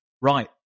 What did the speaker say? Right